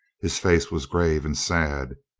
his face was grave and sad.